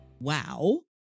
Wow